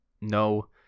no